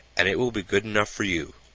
and it will be good enough for you.